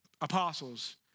apostles